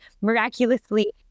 miraculously